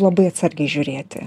labai atsargiai žiūrėti